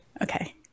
Okay